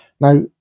Now